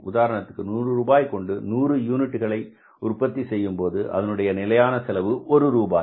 உதாரணத்திற்கு 100 ரூபாய் கொண்டு 100 யூனிட்டுகள் உற்பத்தி செய்யும் போது அதனுடைய நிலையான செலவு ஒரு ரூபாய்